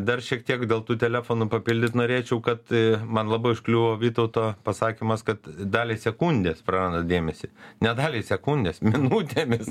dar šiek tiek dėl tų telefonų papildyt norėčiau kad man labai užkliuvo vytauto pasakymas kad dalį sekundės praranda dėmesį ne dalį sekundės minutėmis